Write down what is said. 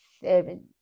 seven